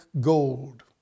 gold